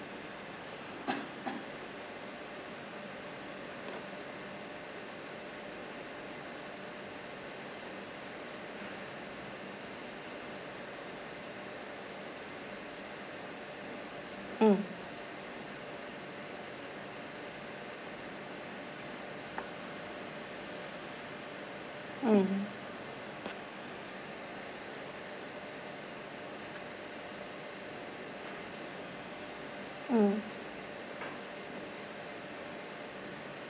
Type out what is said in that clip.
mm mm mm